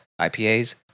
IPAs